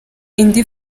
indi